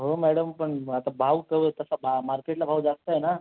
हो मॅडम पण आता भाव तव तसा मार्केटला भाव जास्त आहे ना